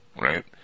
right